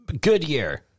Goodyear